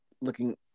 looking